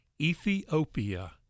Ethiopia